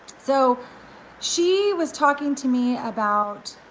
so she was talking to me about,